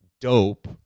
dope